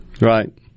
Right